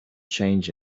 change